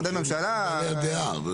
הם בעלי הדעה.